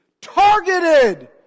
targeted